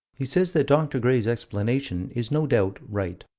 he says that dr. gray's explanation is no doubt right.